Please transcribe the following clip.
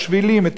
את העצים,